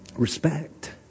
respect